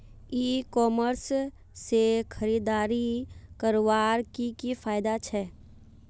ई commerce से खरीदारी करवार की की फायदा छे?